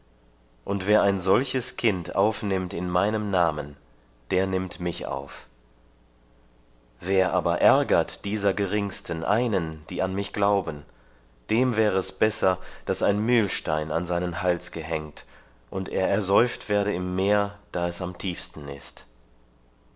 und wer ein solches kind aufnimmt in meinem namen der nimmt mich auf wer aber ärgert dieser geringsten einen die an mich glauben dem wäre es besser daß ein mühlstein an seinen hals gehängt und er ersäuft werde im meer da es am tiefsten ist